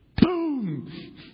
Boom